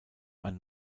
ein